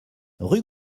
rue